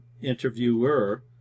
interviewer